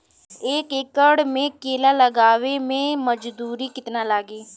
एक एकड़ में केला लगावे में मजदूरी कितना लागी?